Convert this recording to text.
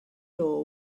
law